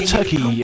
Turkey